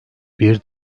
bir